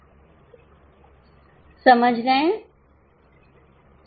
समझ रहे हैं